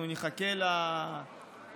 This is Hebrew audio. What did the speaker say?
אנחנו נחכה לפרסום